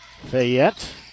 Fayette